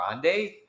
Grande